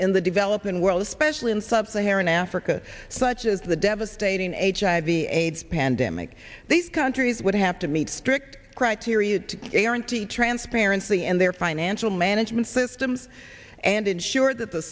in the developing world especially in sub saharan africa such as the devastating a hiv aids pandemic these countries would have to meet strict criteria to guarantee transparency and their financial management systems and ensure that the